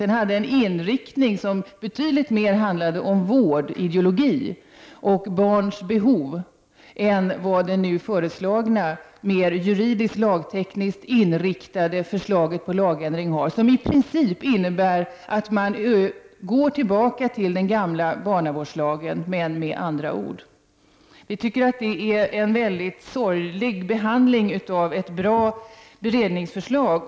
Det hade en inriktning som betydligt mer handlade om vårdideologi och barns behov än vad det nu föreslagna mer juridiskt och lagtekniskt inriktade förslaget till lagändring har. Detta förslag innebär i princip att man går tillbaka till den gamla barnavårdslagen. Skillnaden är bara att andra ord används. Vi i vpk anser att det är en mycket sorglig behandling av ett bra beredningsförslag.